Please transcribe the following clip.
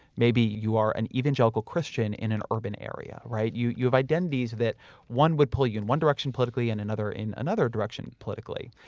maybe you are an evangelical christian in an urban area, right? you you have identities that one would pull you in one direction politically and another in another direction politically.